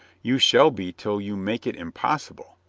you shall be till you make it impossible,